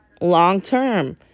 long-term